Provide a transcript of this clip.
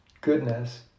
goodness